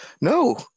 no